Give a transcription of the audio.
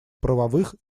правовых